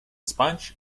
sponge